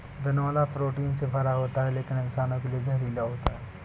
बिनौला प्रोटीन से भरा होता है लेकिन इंसानों के लिए जहरीला होता है